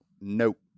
Nope